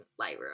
Lightroom